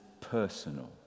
personal